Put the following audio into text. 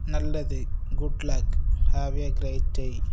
நல்லது good luck have a great day